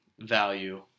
value